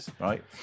right